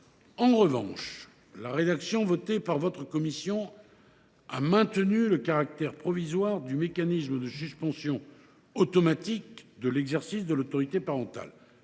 En revanche, la rédaction votée par votre commission a maintenu le caractère provisoire du mécanisme de suspension automatique de l’exercice de l’autorité parentale.